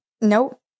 Nope